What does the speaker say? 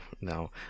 no